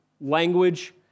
language